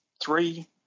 three